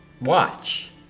watch